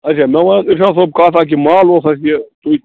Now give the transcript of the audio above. اَچھا مےٚ وَن اِرشاد صٲب کَتھ اَکھ یہِ مال اوس اَسہِ یہِ تُہی